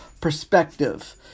perspective